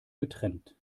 getrennt